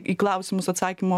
į klausimus atsakymų